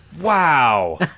wow